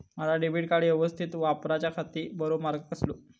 माजा debit card यवस्तीत वापराच्याखाती बरो मार्ग कसलो?